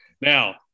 Now